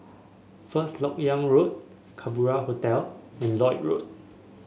First LoK Yang Road Kerbau Hotel and Lloyd Road